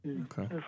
Okay